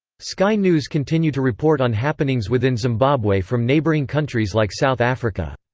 sky news continue to report on happenings within zimbabwe from neighbouring countries like south africa.